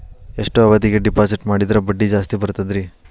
ಎಷ್ಟು ಅವಧಿಗೆ ಡಿಪಾಜಿಟ್ ಮಾಡಿದ್ರ ಬಡ್ಡಿ ಜಾಸ್ತಿ ಬರ್ತದ್ರಿ?